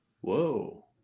Whoa